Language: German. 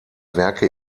werke